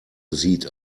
sieht